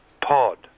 Pod